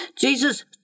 Jesus